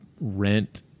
rent